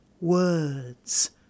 words